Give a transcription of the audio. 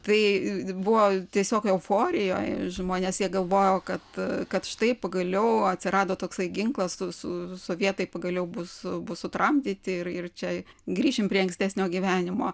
tai buvo tiesiog euforijoj žmonės jie galvojo kad kad štai pagaliau atsirado toksai ginklas su su sovietai pagaliau bus bus sutramdyti ir ir čia grįšim prie ankstesnio gyvenimo